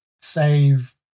save